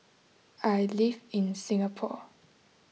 I live in Singapore